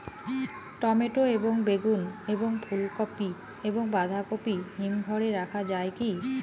Tomato এবং বেগুন এবং ফুলকপি এবং বাঁধাকপি হিমঘরে রাখা যায় কি?